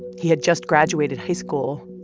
he had just graduated high school.